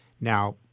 Now